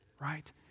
right